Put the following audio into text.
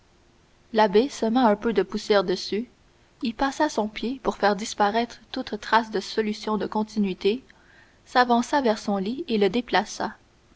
l'abbé sema un peu de poussière dessus y passa son pied pour faire disparaître toute trace de solution de continuité s'avança vers son lit et le déplaça